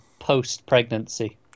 post-pregnancy